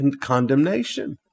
condemnation